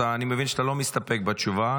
אני מבין שאתה לא מסתפק בתשובה,